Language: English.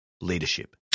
leadership